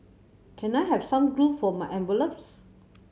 can I have some glue for my envelopes